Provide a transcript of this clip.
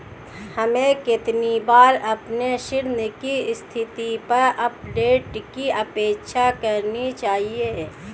हमें कितनी बार अपने ऋण की स्थिति पर अपडेट की अपेक्षा करनी चाहिए?